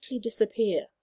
disappear